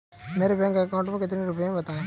मेरे bank account में कितने रुपए हैं बताएँ?